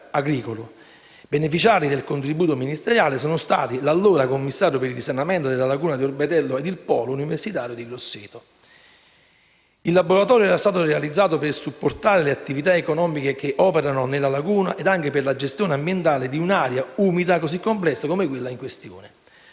Beneficiari del contributo ministeriale sono stati l'allora commissario per il risanamento della laguna di Orbetello ed il polo universitario di Grosseto. Il laboratorio era stato realizzato per supportare le attività economiche che operano nella laguna ed anche per la gestione ambientale di un'area umida così complessa come quella in questione.